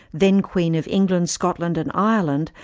then queen of england, scotland and ireland,